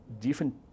different